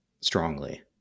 strongly